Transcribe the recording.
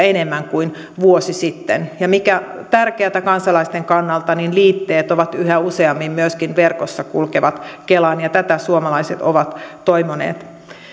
enemmän kuin vuosi sitten ja mikä tärkeätä kansalaisten kannalta niin liitteet ovat yhä useammin myöskin verkossa kulkevat kelaan ja tätä suomalaiset ovat toivoneet kela